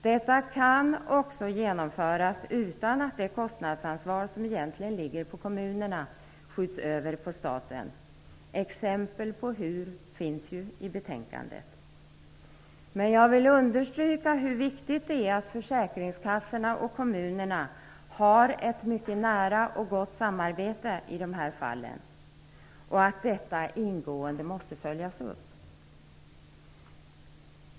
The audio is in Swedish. Detta kan genomföras utan att det kostnadsansvar som egentligen ligger på kommunerna skjuts över på staten. Exempel på hur finns ju i betänkandet. Men jag vill understryka hur viktigt det är att försäkringskassorna och kommunerna har ett mycket nära och gott samarbete i de här fallen och att detta ingående följs upp.